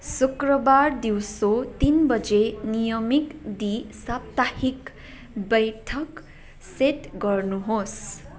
शुक्रबार दिउँसो तिन बजे नियमिक द्विसाप्ताहिक बैठक सेट गर्नुहोस्